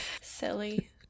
Silly